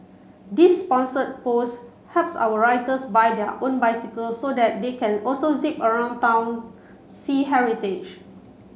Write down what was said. this sponsored post helps our writers buy their own bicycles so their they can also zip around town see heritage